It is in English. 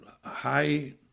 high